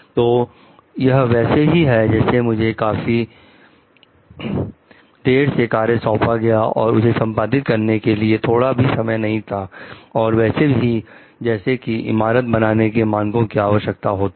तो यह वैसे ही है जैसे मुझे काफी देर से कार्य सौंपा गया और उसे संपादित करने के लिए थोड़ा भी समय नहीं था और वैसे ही जैसे कि इमारत बनाने के मानकों की आवश्यकता होती है